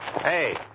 Hey